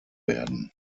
werden